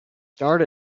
starred